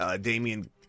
Damian